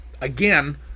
again